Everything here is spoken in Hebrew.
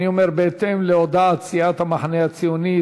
בהתאם להודעת סיעת המחנה הציוני,